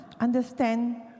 understand